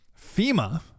fema